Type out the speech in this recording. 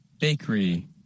bakery